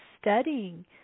studying